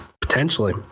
potentially